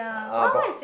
uh got